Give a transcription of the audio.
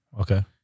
okay